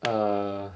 uh